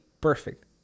perfect